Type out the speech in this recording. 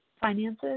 finances